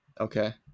Okay